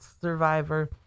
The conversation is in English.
survivor